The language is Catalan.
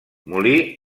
molí